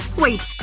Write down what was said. wait.